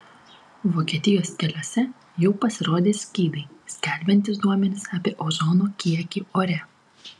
vokietijos keliuose jau pasirodė skydai skelbiantys duomenis apie ozono kiekį ore